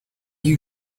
you